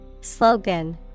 Slogan